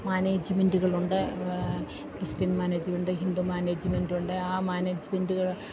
മാനേജ്മെൻ്റുകളുണ്ട് Christian management Hindu മാനേജ്മെൻ്റുണ്ട് ആ മാനേജ്മെൻ്റുകള്